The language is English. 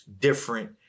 different